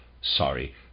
sorry